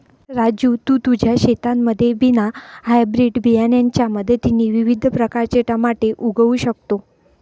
राजू तू तुझ्या शेतामध्ये विना हायब्रीड बियाणांच्या मदतीने विविध प्रकारचे टमाटे उगवू शकतो